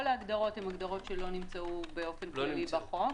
כל ההגדרות לא נמצאו באופן כללי בחוק,